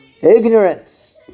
ignorance